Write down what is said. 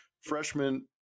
freshman